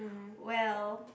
well